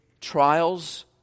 trials